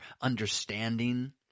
understanding